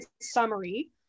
summary